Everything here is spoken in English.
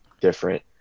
different